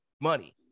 money